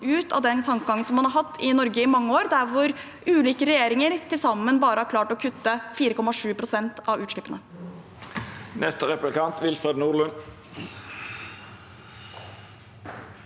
ut av den tankegangen man har hatt i Norge i mange år, hvor ulike regjeringer til sammen bare har klart å kutte 4,7 pst. av utslippene.